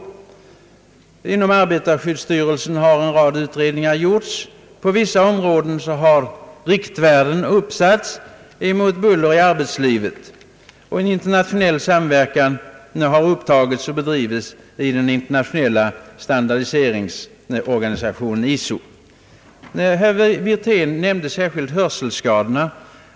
Inom arbetarskyddsstyrelsen har en rad utredningar gjorts. På vissa områden i arbetslivet har riktvärden för buller uppsatts, och en internationell samverkan bedrivs i den internationella standardiseringsorganisationen ISO. Herr Wirtén nämnde särskilt hörselskadorna.